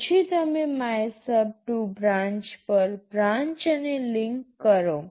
પછી તમે MYSUB2 branch પર બ્રાન્ચ અને લિંક કરો